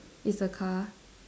is a car